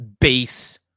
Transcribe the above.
base